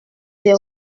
des